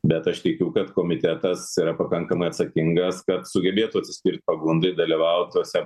bet aš tikiu kad komitetas yra pakankamai atsakingas kad sugebėtų atsispirt pagundai dalyvaut tuose